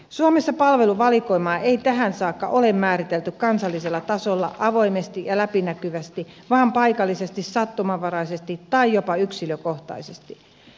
suomessa palveluvalikoimaa ei tähän saakka ole määritelty kansallisella tasolla avoimesti ja läpinäkyvästi vaan paikallisesti sattumanvaraisesti tai jopa yksilökohtaisesti